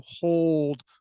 hold